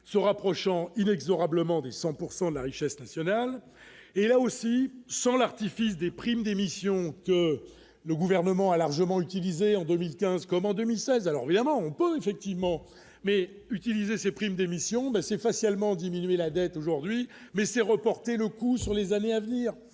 se rapprochant inexorablement de 100 pourcent de de la richesse nationale et, là aussi sans l'artifice primes d'émission, le gouvernement a largement utilisé en 2015 comme en 2016, alors là, on peut effectivement mais utiliser ces primes d'émission c'est facialement diminuer la dette aujourd'hui mais c'est reporté le coup sur les années à venir,